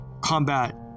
combat